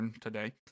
today